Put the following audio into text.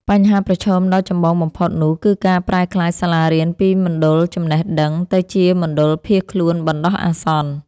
បញ្ហាប្រឈមដ៏ចម្បងបំផុតនោះគឺការប្រែក្លាយសាលារៀនពីមណ្ឌលចំណេះដឹង ទៅជាមណ្ឌលភៀសខ្លួនបណ្តោះអាសន្ន។